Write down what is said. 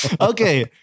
Okay